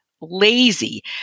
lazy